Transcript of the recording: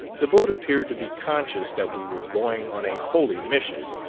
the boat appeared to be conscious that we were going on a holy mission,